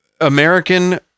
American